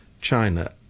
China